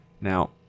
now